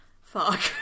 fuck